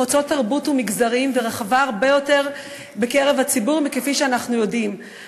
חוצה תרבות ומגזרים ורווחת הרבה יותר מכפי שאנחנו יודעים בקרב הציבור.